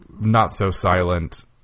not-so-silent